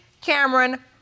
Cameron